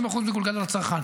ו-50% מגולגל אל הצרכן.